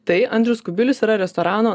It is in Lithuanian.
tai andrius kubilius yra restorano